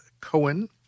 Cohen